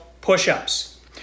push-ups